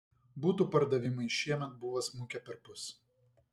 butų pardavimai šiemet buvo smukę perpus